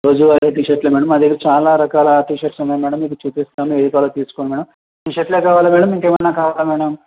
రోజు వాడే టీ షర్టలా మేడం మాదగ్గర చాలా రకాల టీ షర్ట్స్ ఉన్నాయి మేడం మీకు చూపిస్తాము ఏవి కావాలో తీసుకోండి మేడం టీ షర్టలే కావాలా మేడం ఇంకేమైనా కావాలా మేడం